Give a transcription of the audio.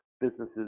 businesses